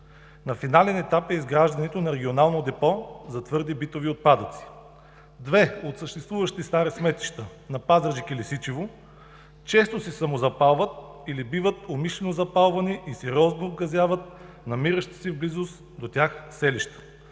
На финален етап е изграждането на Регионално депо за твърди битови отпадъци. Две от съществуващите стари сметища – на Пазарджик и Лесичево, често се самозапалват или биват умишлено запалвани и сериозно обгазяват намиращите се в близост на тях селища.